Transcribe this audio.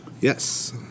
Yes